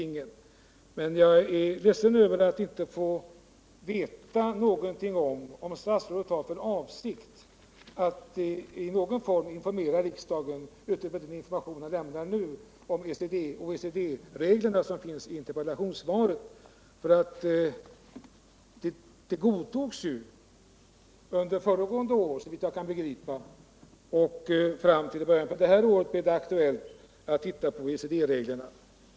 Däremot är jag ledsen över att jag inte får veta om statsrådet har för avsikt att på något sätt informera riksdagen — utöver den information han lämnat nu - om OECD-reglerna, som det talas om i interpellationssvaret. Dessa godtogs, såvitt jag kan begripa, under föregående år. Först i början av detta år blev det aktuellt att se över OECD-reglerna.